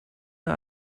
der